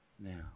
Now